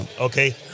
Okay